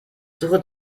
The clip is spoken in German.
suche